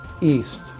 East